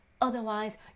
Otherwise